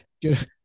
good